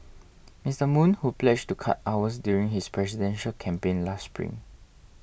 Mister Moon who pledged to cut hours during his presidential campaign last spring